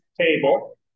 table